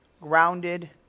grounded